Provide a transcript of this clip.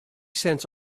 cents